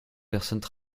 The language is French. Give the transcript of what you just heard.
personnes